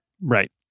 Right